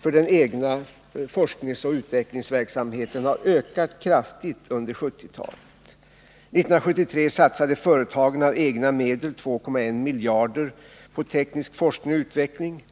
för den egna forskningsoch utvecklingsverksamheten har ökat kraftigt under 1970-talet. 1973 satsade företagen av egna medel 2,1 miljarder på teknisk forskning och utveckling.